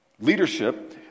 leadership